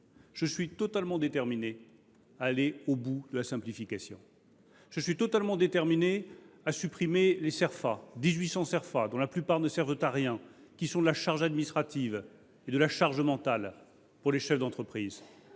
Je suis totalement déterminé à aller au bout de la simplification. Je suis totalement déterminé à supprimer les Cerfa, au nombre de 1 800, dont la plupart ne servent à rien, qui constituent de la charge administrative et de la charge mentale pour les chefs d’entreprise.